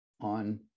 on